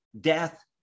death